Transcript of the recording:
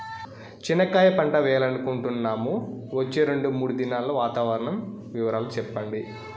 చెనక్కాయ పంట వేయాలనుకుంటున్నాము, వచ్చే రెండు, మూడు దినాల్లో వాతావరణం వివరాలు చెప్పండి?